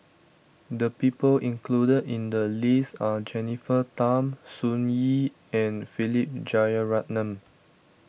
the people included in the list are Jennifer Tham Sun Yee and Philip Jeyaretnam